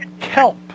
kelp